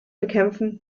bekämpfen